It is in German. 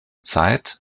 zeit